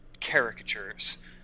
caricatures